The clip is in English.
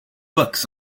books